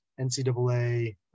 NCAA